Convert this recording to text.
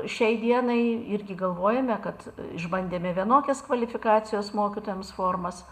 šiai dienai irgi galvojame kad išbandėme vienokias kvalifikacijos mokytojams formas